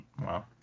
Wow